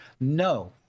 No